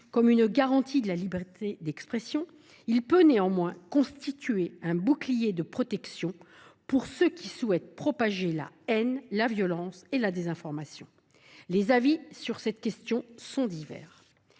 comme une garantie de la liberté d’expression, il peut également servir de bouclier à ceux qui souhaitent propager la haine, la violence et la désinformation. Les avis sur cette question sont divers.